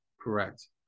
Correct